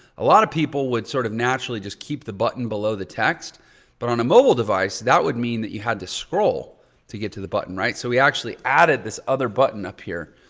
a lot of people would sort of naturally just keep the button below the text but on a mobile device, that would mean that you had to scroll to get to the button. right? so we actually added this other button up here.